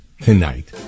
tonight